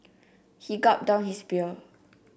he gulped down his beer